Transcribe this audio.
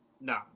No